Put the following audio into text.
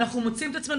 אנחנו מוצאים את עצמנו,